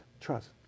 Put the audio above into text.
trust